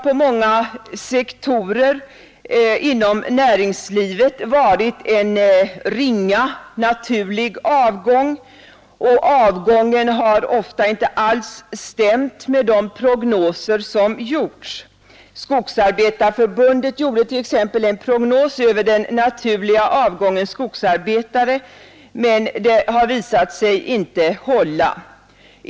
På många sektorer inom näringslivet har det varit en ringa naturlig avgång, och avgången har ofta inte alls stämt med de prognoser som gjorts. Skogsarbetarförbundet giorde t.ex. en prognos över den naturliga avgången bland skogsarbetare, men den har visat sig inte hålla.